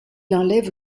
enlève